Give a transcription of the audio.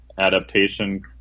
adaptation